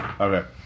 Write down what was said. okay